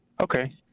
Okay